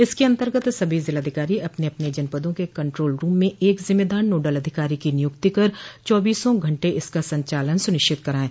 इसके अन्तर्गत सभी जिलाधिकारी अपने अपने जनपदों के कन्ट्रोल रूम में एक जिम्मेदार नोडल अधिकारी की नियुक्ति कर चौबीसो घंटे इसका संचालन सुनिश्चित कराएं